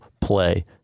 play